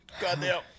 Goddamn